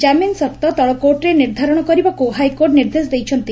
ଜାମିନ ସର୍ଉ ତଳକୋର୍ଟରେ ନିର୍ବାରଣ କରିବାକୁ ହାଇକୋର୍ଟ ନିର୍ଦ୍ଦେଶ ଦେଇଛନ୍ତି